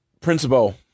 principal